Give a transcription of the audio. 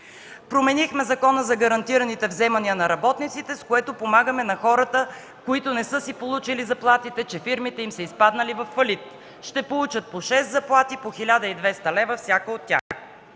Променихме Закона за гарантираните вземания на работниците, с което помагаме на хората, които не са си получили заплатите, че фирмите им са изпаднали във фалит – ще получат по шест заплати по 1200 лв. всяка от тях;